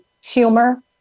humor